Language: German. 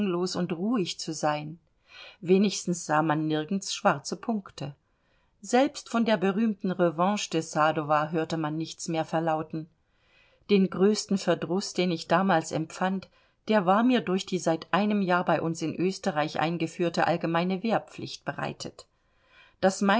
und ruhig zu sein wenigstens sah man nirgends schwarze punkte selbst von der berühmten revanche de sadowa hörte man nichts mehr verlauten den größten verdruß den ich damals empfand der war mir durch die seit einem jahr bei uns in österreich eingeführte allgemeine wehrpflicht bereitet daß